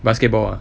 basketball